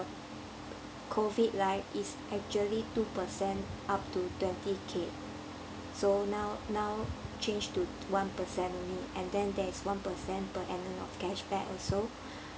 COVID right is actually two percent up to twenty K so now now changed to one percent only and then there's one percent per annum of cashback also